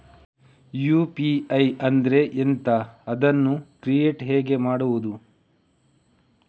UPI ಅಂದ್ರೆ ಎಂಥ? ಅದನ್ನು ಕ್ರಿಯೇಟ್ ಹೇಗೆ ಮಾಡುವುದು?